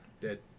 Dead